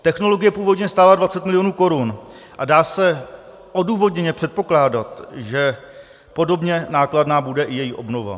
Technologie původně stála 20 mil. korun a dá se odůvodněně předpokládat, že podobně nákladná bude i její obnova.